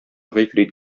гыйфрит